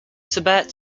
tibet